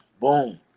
Boom